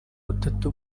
butatu